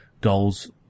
goals